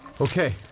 Okay